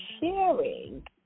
sharing